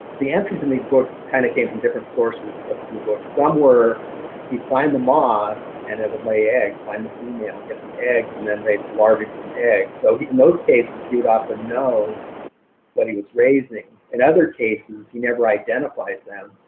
the entries in these books kind of came from different sources of of blue books. some were he'd find a moth and it would lay eggs, find the female, get the eggs, and then raise larvae from eggs. so in those cases, he would often know what he was raising. in other cases, he never identifies them.